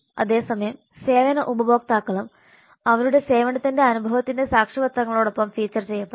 അതേ സമയം സേവന ഉപഭോക്താക്കളും അവരുടെ സേവനത്തിന്റെ അനുഭവത്തിന്റെ സാക്ഷ്യപത്രങ്ങളോടൊപ്പം ഫീച്ചർ ചെയ്യപ്പെടണം